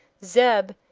zeb,